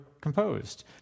composed